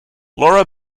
laura